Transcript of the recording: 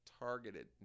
targeted